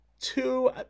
two